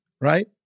right